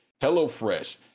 HelloFresh